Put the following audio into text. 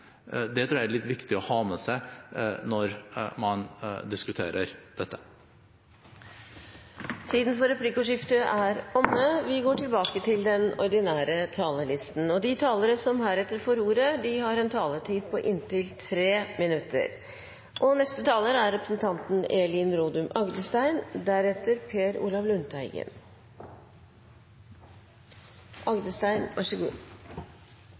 Det tror jeg er litt viktig å ha med seg når man diskuterer dette. Replikkordskiftet er omme. De talere som heretter får ordet, har en taletid på inntil 3 minutter.